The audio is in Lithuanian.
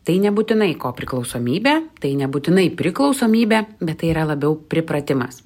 tai nebūtinai kopriklausomybė tai nebūtinai priklausomybė bet tai yra labiau pripratimas